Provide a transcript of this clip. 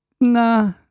Nah